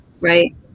right